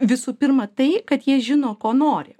visų pirma tai kad jie žino ko nori